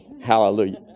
hallelujah